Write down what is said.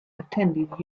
attended